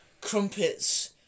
Crumpets